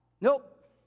Nope